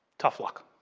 tough luck.